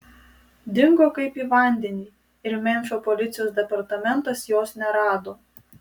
dingo kaip į vandenį ir memfio policijos departamentas jos nerado